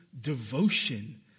devotion